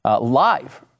Live